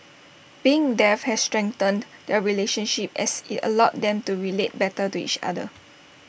being deaf has strengthened their relationship as IT allowed them to relate better to each other